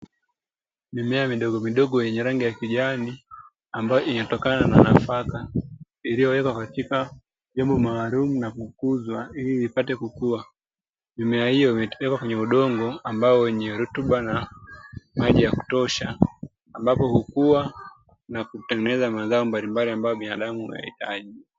Mimea midogomidogo yenye rangi ya kijani ambayo imetokana na nafaka iliyowekwa katika vyombo maalum na kukuzwa, ili vipate kukua. Mimea hiyo imewekwa kwenye udongo ambao ni rutuba na maji ya kutosha, ambapo hukua na kutengeneza mazao mbalimbali ambayo binadamu huyahitaji.